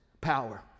power